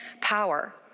power